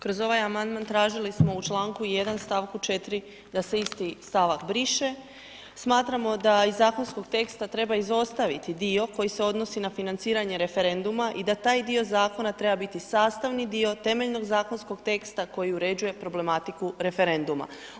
Kroz ovaj amandman tražili smo u čl. 1. stavku 4 da se isti stavak briše, smatramo da iz zakonskog teksta, treba izostaviti dio koji se odnosi na financiranje referenduma i da taj dio zakona treba biti sastavni dio temeljnog zakonskog teksta koji uređuje problematiku referenduma.